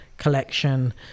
Collection